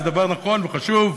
זה דבר נכון וחשוב,